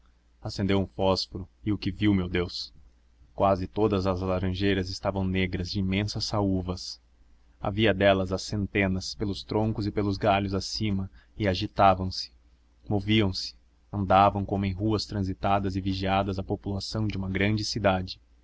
acendeu um fósforo e o que viu meu deus quase todas as laranjeiras estavam negras de imensas saúvas havia delas às centenas pelos troncos e pelos galhos acima e agitavam-se moviam-se andavam como em ruas transitadas e vigiadas a população de uma grande cidade